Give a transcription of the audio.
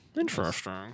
Interesting